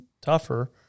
tougher